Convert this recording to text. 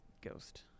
ghost